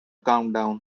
countdown